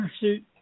suit